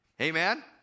Amen